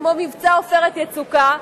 כמו מבצע "עופרת יצוקה",